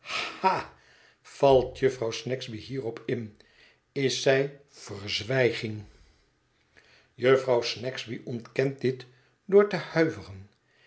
valt jufvrouw snagsby hierop in is zij verzwijging jufvrouw snagsby ontkent dit door te huiveren